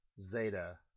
Zeta